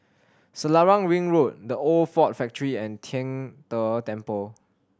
Selarang Ring Road The Old Ford Factory and Tian De Temple